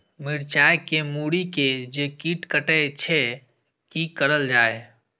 मिरचाय के मुरी के जे कीट कटे छे की करल जाय?